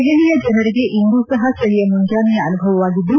ದೆಹಲಿಯ ಜನರಿಗೆ ಇಂದೂ ಸಹ ಚಳಿಯ ಮುಂಜಾನೆಯ ಅನುಭವವಾಗಿದ್ದು